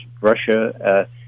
Russia